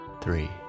three